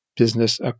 Business